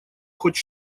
хоть